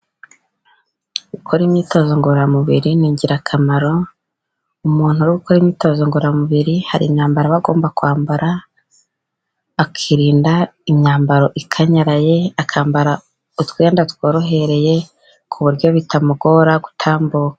Gukora imyitozo ngororamubiri ni ingirakamaro. Umuntu uri gukora imyitozo ngororamubiri hari imyambaro aba agomba kwambara, akirinda imyambaro ikanyaraye. Akambara utwenda tworohereye, ku buryo bitamugora gutambuka.